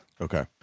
Okay